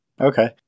Okay